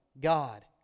God